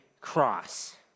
cross